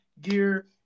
gear